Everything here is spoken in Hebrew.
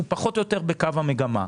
הוא פחות או יותר בקו המגמה.